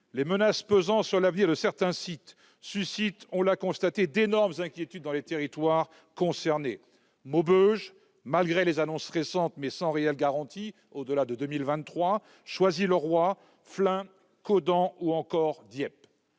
Les menaces pesant sur l'avenir de certains sites suscitent, on l'a constaté, d'énormes inquiétudes dans les territoires concernés : Maubeuge, malgré les annonces récentes, mais sans réelle garantie au-delà de 2023, Choisy-le-Roi, Flins, Caudan ou encore Dieppe.